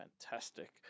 fantastic